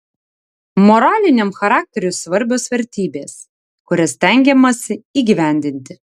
moraliniam charakteriui svarbios vertybės kurias stengiamasi įgyvendinti